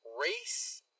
race